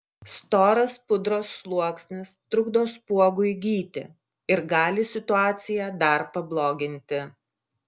storas pudros sluoksnis trukdo spuogui gyti ir gali situaciją dar pabloginti